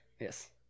yes